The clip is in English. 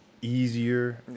easier